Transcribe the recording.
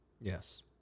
Yes